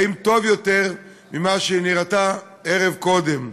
האם טוב יותר ממה שהיא נראתה ערב קודם?